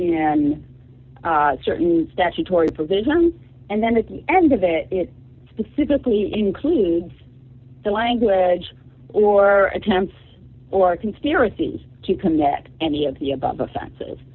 in certain statutory provisions and then at the end of that it specifically includes the language or attempts or conspiracies to connect any of the above offens